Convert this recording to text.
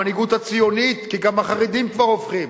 המנהיגות הציונית, כי גם החרדים כבר הופכים,